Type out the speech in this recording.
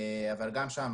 אבל גם שם,